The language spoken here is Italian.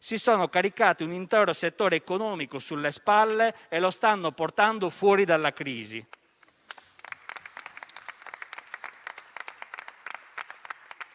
si sono caricati un intero settore economico sulle spalle e lo stanno portando fuori dalla crisi.